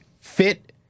fit